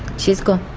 she's gone.